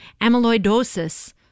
amyloidosis